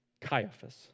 Caiaphas